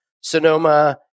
Sonoma